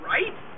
Right